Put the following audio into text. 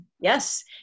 yes